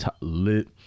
lit